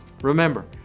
Remember